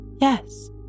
Yes